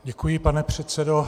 Děkuji, pane předsedo.